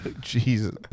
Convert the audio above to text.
Jesus